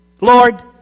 Lord